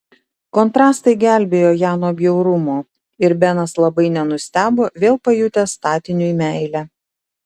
kontrastai gelbėjo ją nuo bjaurumo ir benas labai nenustebo vėl pajutęs statiniui meilę